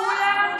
כולם?